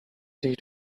zich